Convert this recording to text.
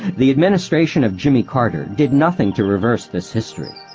the administration of jimmy carter did nothing to reverse this history.